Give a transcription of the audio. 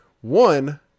one